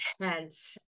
intense